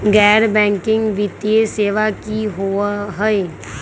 गैर बैकिंग वित्तीय सेवा की होअ हई?